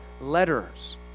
letters